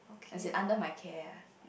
as in under my care